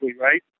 right